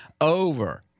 over